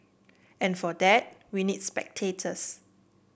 and for that we need spectators